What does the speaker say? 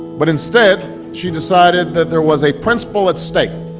but instead, she decided that there was a principle at stake,